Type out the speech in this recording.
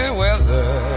weather